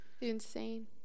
Insane